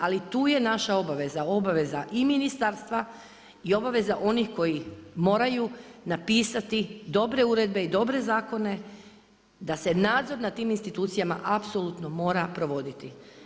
Ali tu je naša obaveza, obveza i ministarstva i obaveza onih koji moraju napisati dobre uredbe i dobre zakone da se nadzor nad tim institucijama apsolutno mora provoditi.